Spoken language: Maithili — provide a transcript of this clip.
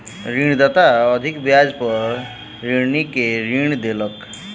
ऋणदाता अधिक ब्याज पर ऋणी के ऋण देलक